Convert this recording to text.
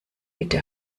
bitte